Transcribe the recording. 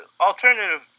alternative